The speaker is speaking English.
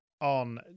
on